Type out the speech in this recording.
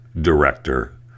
Director